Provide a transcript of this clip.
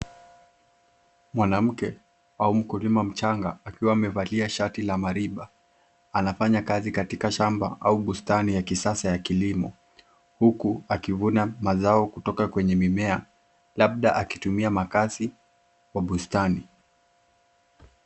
Mwanamke au mkulima mchanga akiwa akiwa amevalia shati la mariba, anafanya kazi katika shamba au bustani ya kisasa ya kilimo huku akivuna mazao kutoka kwenye mimea, labda akitumia makasi wa bustani.